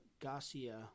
Garcia